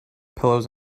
pillows